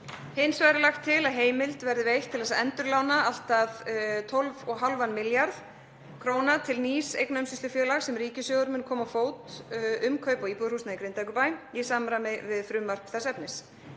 Hins vegar er lagt til að heimild verði veitt til þess að endurlána allt að 12,5 milljarð kr. til nýs eignaumsýslufélags sem ríkissjóður mun koma á fót um kaup á íbúðarhúsnæði í Grindavíkurbæ í samræmi við frumvarp þess efnis.